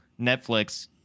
Netflix